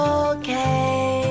okay